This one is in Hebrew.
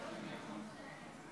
עד שלוש דקות